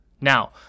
Now